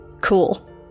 cool